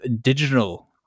digital